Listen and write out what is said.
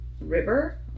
River